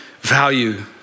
value